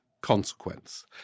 consequence